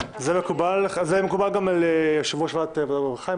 זה מקובל גם על יושב-ראש ועדת העבודה והרווחה,